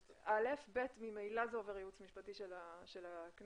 ב', ממילא זה עובר ייעוץ משפטי של הכנסת.